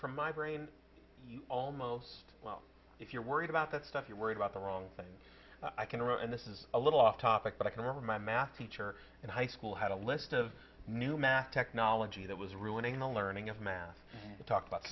for my brain almost well if you're worried about that stuff you're worried about the wrong thing i can ruin this is a little off topic but i can remember my math teacher in high school had a list of new math technology that was ruining the learning of math to talk about